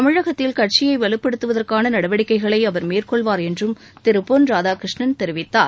தமிழகத்தில் கட்சியை வலுப்படுத்துவதற்கான நடவடிக்கைகளை அவர் மேற்கொள்வார் என்றும் திரு பொன் ராதாகிருஷ்ணன் தெரிவித்தார்